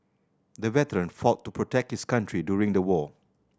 the veteran fought to protect his country during the war